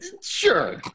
Sure